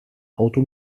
auto